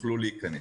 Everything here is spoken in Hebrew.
יוכלו להיכנס.